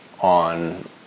on